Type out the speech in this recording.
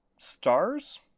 stars